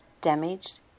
damaged